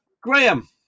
Graham